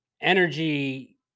energy